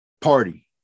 party